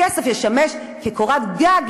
הכסף ישמש כקורת גג,